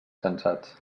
cansats